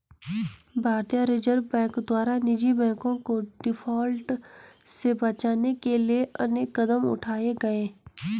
भारतीय reserve bank द्वारा निजी बैंकों को डिफॉल्ट से बचाने के लिए अनेक कदम उठाए गए